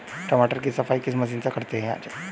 टमाटर की सफाई किस मशीन से करनी चाहिए?